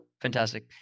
Fantastic